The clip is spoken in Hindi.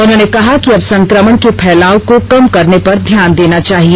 उन्होंने कहा कि अब संक्रमण के फैलाव को कम करने पर ध्यान देना चाहिए